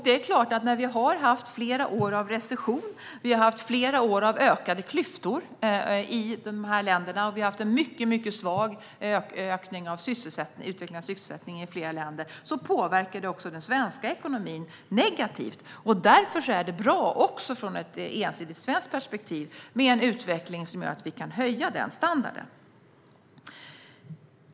Det är klart att när det har varit flera år av recession och ökade klyftor i dessa länder, liksom en mycket svag utveckling av sysselsättningen i flera länder, påverkar det också den svenska ekonomin negativt. Därför är det bra, också från ett ensidigt svenskt perspektiv, med en utveckling som gör att vi kan höja den standarden.